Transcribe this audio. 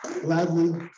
gladly